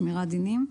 שמירת דינים.